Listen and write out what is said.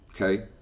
okay